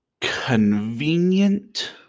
convenient